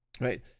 right